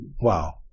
wow